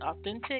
authentic